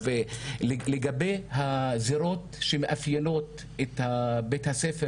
לגבי הזירות שמאפיינות את בית הספר